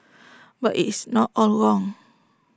but IT is not all wrong